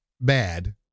Bad